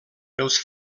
els